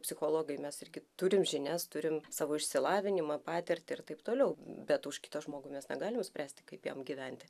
psichologai mes irgi turim žinias turim savo išsilavinimą patirtį ir taip toliau bet už kitą žmogų mes negalime spręsti kaip jam gyventi